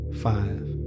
five